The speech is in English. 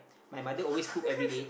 my mother always cook everyday